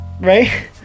Right